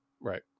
Right